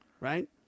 right